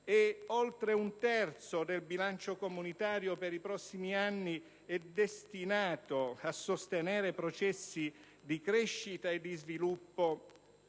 Oltre un terzo del bilancio comunitario per i prossimi anni è destinato a sostenere processi di crescita e di sviluppo